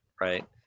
right